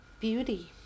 Beauty